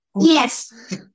Yes